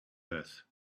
earth